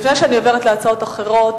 לפני שאני עוברת להצעות אחרות,